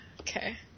okay